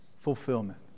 fulfillment